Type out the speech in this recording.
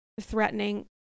threatening